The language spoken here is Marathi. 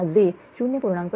004 j0